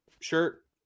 shirt